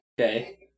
okay